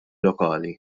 lokali